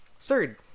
Third